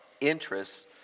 interests